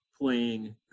playing